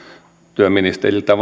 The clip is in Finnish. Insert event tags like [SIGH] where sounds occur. työministeriltä [UNINTELLIGIBLE]